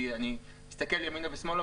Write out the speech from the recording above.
כי אני מסתכל ימינה ושמאלה,